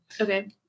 Okay